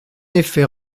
effet